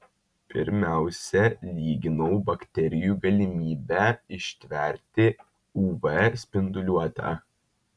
pirmiausia lyginau bakterijų galimybę ištverti uv spinduliuotę